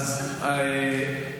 אה,